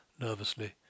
nervously